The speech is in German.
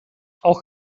auch